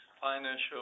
financial